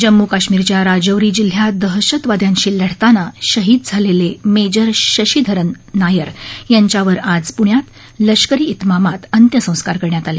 जम्मू कश्मीरच्या राजौरी जिल्ह्यात दहशतवाद्याधी लढताना शहीद झालेले मेजर शशीधरन नायर याच्यावर आज पुण्यात लष्करी इतमामात अख्सक्कार करण्यात आले